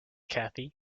cathy